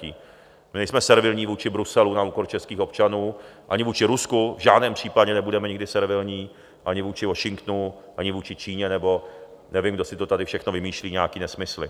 My nejsme servilní vůči Bruselu na úkor českých občanů, ani vůči Rusku v žádném případě nebudeme nikdy servilní, ani vůči Washingtonu, ani vůči Číně nebo nevím, kdo si to tady všechno vymýšlí nějaké nesmysly.